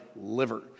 liver